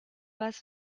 was